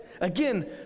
Again